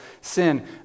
sin